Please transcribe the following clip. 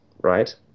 right